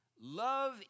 Love